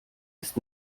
ist